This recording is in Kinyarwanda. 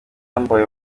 yambaye